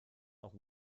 auch